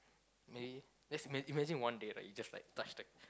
maybe let's imag~ imagine one day right you just like touch the